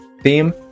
theme